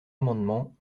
amendement